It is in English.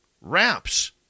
wraps